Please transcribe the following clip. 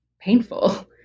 painful